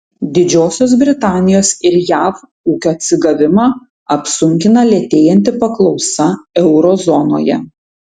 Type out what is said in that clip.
didžiosios britanijos ir jav ūkio atsigavimą apsunkina lėtėjanti paklausa euro zonoje